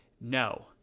No